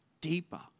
deeper